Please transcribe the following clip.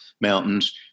mountains